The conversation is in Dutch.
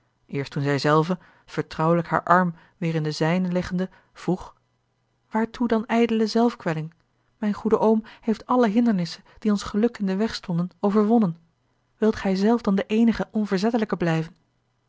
eerst toen zij zelve vertrouwelijk haar arm weêr in den zijnen leggende vroeg waartoe dan ijdele zelfkwelling mijn goede oom heeft alle hindernissen die ons geluk in den weg stonden overwonnen wilt gij zelf dan de eenige onverzettelijke blijven